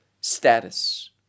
status